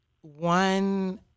One